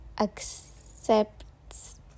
accepts